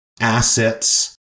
assets